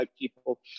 people